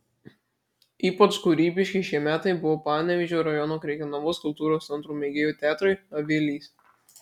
ypač kūrybiški šie metai buvo panevėžio rajono krekenavos kultūros centro mėgėjų teatrui avilys